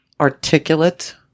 articulate